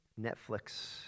Netflix